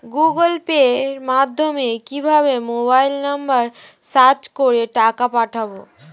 Google পের মাধ্যমে কিভাবে মোবাইল নাম্বার সার্চ করে টাকা পাঠাবো?